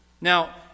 Now